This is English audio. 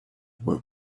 were